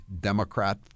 Democrat